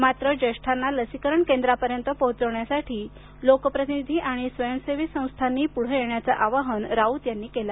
मात्र ज्येष्ठांना लसीकरण केंद्रापर्यंत पोहचवण्यासाठी लोकप्रतिनिधी आणि स्वयंसेवी संस्थांनी पुढे येण्याचे आवाहन राऊत यांनी केल